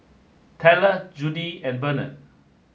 Tella Judi and Bernard